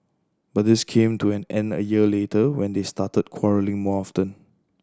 but this came to an end a year later when they started quarrelling more often